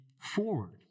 forward